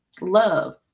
love